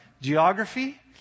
geography